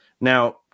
Now